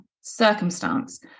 circumstance